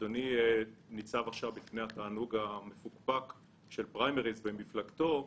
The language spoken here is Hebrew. אדוני ניצב עכשיו בפני התענוג המפוקפק של פריימריז במפלגתו.